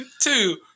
Two